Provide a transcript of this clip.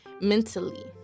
mentally